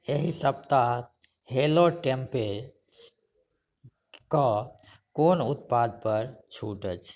एहि सप्ताह हेलो टेम्पेइके कोन उत्पादपर छूट अछि